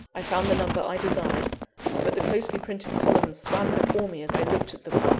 i found the number i desired but the closely-printed columns swam before me as i looked at them.